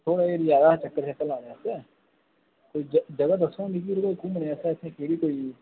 थुआढ़े एरिया च आये दा हा चक्कर लानै च ते जगहां दस्सो आं यरो इत्थें घुम्मनै आस्तै कोई